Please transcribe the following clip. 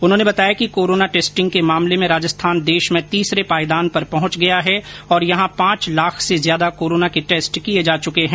उन्होंने बताया कि कोरोना टेस्टिंग के मामले में राजस्थान देश में तीसरे पायदान पर पहुंच गया है और यहां पांच लाख से ज्यादा कोरोना के टेस्ट किए जा चुके है